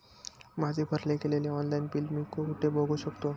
माझे भरले गेलेले ऑनलाईन बिल मी कुठे बघू शकतो?